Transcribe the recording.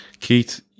Keith